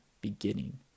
beginning